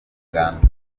uganda